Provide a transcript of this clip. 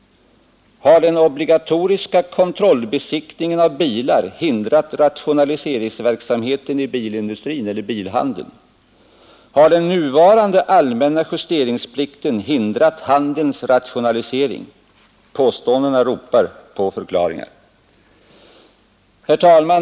Har den obligatoriska kontrollbesiktningen av bilar hindrat rationaliseringsverksamheten i bilindustrin eller bilhandeln? Har den nuvarande allmänna justeringsplikten hindrat handelns rationalisering? Påståendet ropar på förklaringar. Herr talman!